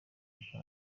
aja